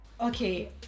okay